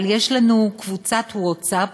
אבל יש לנו קבוצת ווטסאפ